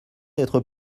d’être